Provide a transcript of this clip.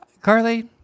Carly